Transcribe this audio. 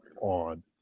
on